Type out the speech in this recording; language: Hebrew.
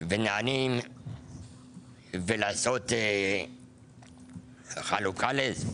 ונהלים ולעשות חלוקה לאזורים,